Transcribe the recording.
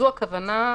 זו הכוונה.